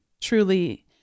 truly